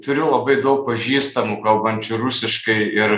turiu labai daug pažįstamų kalbančių rusiškai ir